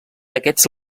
aquests